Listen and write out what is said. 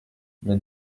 mais